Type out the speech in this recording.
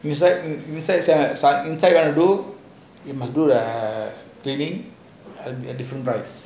inside inside inside the car inside going to do is do the cleaning at a different price